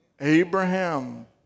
Abraham